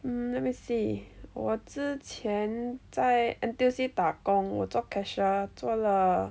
um let me see 我之前在 N_T_U_C 打工我做 cashier 做了